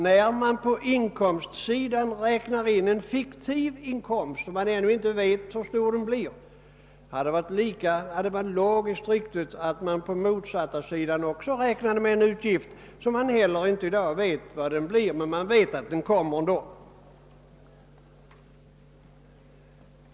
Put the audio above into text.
När man på inkomstsidan lägger in en fiktiv inkomst, om vilken man ännu inte vet hur stor den kan bli, hade det varit logiskt riktigt att på den motsatta sidan räkna med en utgift som man vet kommer men om vilken man inte heller vet hur stor den exakt blir.